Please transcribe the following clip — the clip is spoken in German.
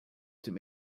dem